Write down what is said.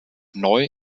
neu